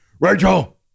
Rachel